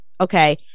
Okay